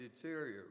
deteriorate